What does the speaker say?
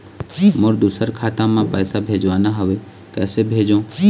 मोर दुसर खाता मा पैसा भेजवाना हवे, कइसे भेजों?